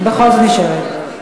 בכל זאת נשארת.